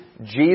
Jesus